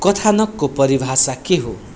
कथानकको परिभाषा के हो